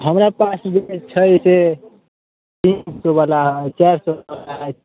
हमरा पास जे छै से तीन सओवला चारि सओवला हइ